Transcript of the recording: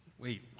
Wait